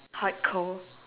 hardcore